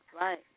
right